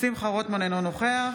שמחה רוטמן, אינו נוכח